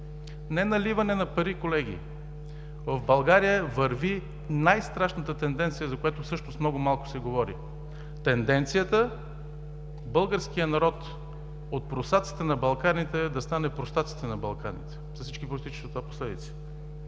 не наливане на пари, колеги, в България върви най-страшната тенденция, за която всъщност много малко се говори – българският народ от прусаците на Балканите да стане простаците на Балканите с всички произтичащи от това последици.